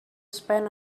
spend